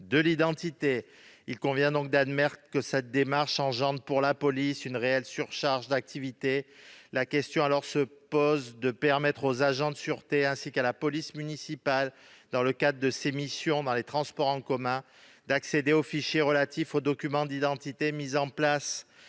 de l'identité. Il convient donc d'admettre que cette démarche engendre pour la police une réelle surcharge d'activité. La question se pose alors de permettre aux agents de sûreté, ainsi qu'à la police municipale dans le cadre de ses missions dans les transports en commun, d'accéder aux fichiers relatifs aux documents d'identité mis en place,